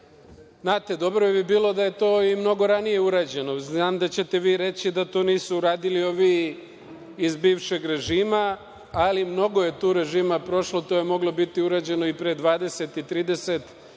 Znate, dobro bi bilo da je to i mnogo ranije urađeno. Znam da ćete vi reći da to nisu uradili ovi iz bivšeg režima, ali mnogo je tu režima prošlo, to je moglo biti urađeno i pre 20 i 30